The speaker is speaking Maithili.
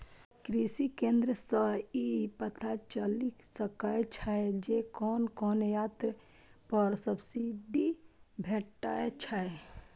कृषि केंद्र सं ई पता चलि सकै छै जे कोन कोन यंत्र पर सब्सिडी भेटै छै